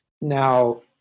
Now